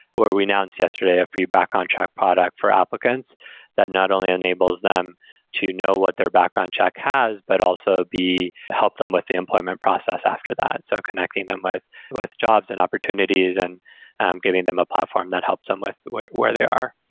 or we announce yesterday a free background check product for applicants that not only enables them to know what their background check has, but also to help them with the employment process after that. so connecting them with with jobs and opportunities and giving them a platform that helps them with where where they are.